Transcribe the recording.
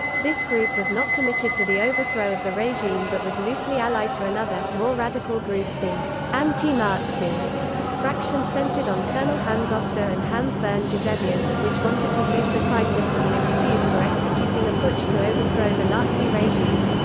this group was not committed to the overthrow of the regime but was loosely allied to another, more radical group, the anti-nazi fraction centered on colonel hans oster and hans bernd gisevius, which wanted to use the crisis as an excuse for executing a putsch to overthrow the nazi regime.